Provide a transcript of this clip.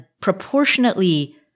proportionately